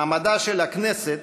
מעמדה של הכנסת